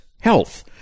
health